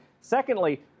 Secondly